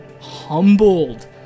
humbled